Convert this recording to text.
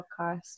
podcast